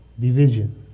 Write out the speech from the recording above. division